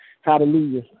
Hallelujah